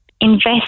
invest